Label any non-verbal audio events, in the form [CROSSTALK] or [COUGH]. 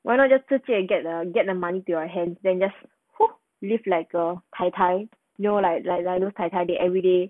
why not 就直接 get the get the money to your hand then just [NOISE] you just like a 太太 no like like like those 太太 they everyday